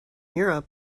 europe